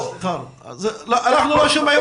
כך אנחנו לא שומעים